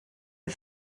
are